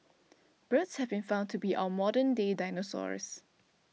birds have been found to be our modern day dinosaurs